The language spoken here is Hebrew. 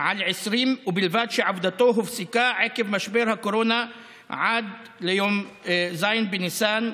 על 20 ובלבד שעבודתו הופסקה עקב משבר הקורונה עד ליום ז' בניסן,